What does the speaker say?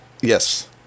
Yes